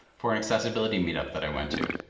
for an accessibility meetup that i went to.